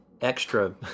extra